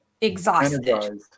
exhausted